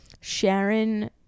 Sharon